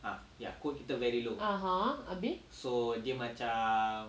(uh huh) habis